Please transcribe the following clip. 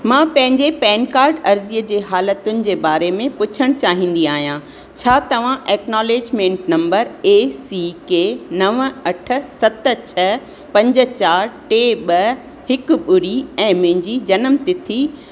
मां पंहिंजे PAN card अर्ज़ीअ जे हालतुनि जे बारे में पुछण चाहींदी आहियां छा तव्हां acknowledgement number A C K नव अठ सत छ पंज चारि टे ॿ हिकु ॿुड़ी ऐं मुंहिंजी जनम तिथि